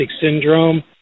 syndrome